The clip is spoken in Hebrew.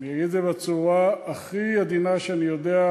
אגיד את זה בצורה הכי עדינה שאני יודע,